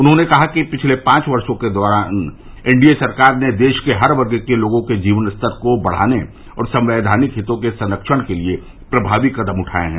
उन्होंने कहा कि पिछले पांच वर्षो के दौरान एनडीए सरकार ने देश के हर वर्ग के लोगों के जीवन स्तर को बढ़ाने और संवैधानिक हितों के संख्कण के लिये प्रभावी कृदम उठाये हैं